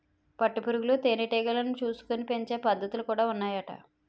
పట్టు పురుగులు తేనె టీగలను చూసుకొని పెంచే పద్ధతులు కూడా ఉన్నాయట